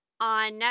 on